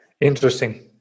interesting